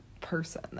person